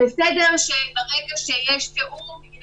ברגע שיש תיאום אז